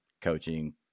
coaching